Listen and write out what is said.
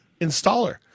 installer